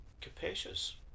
capacious